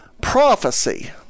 Prophecy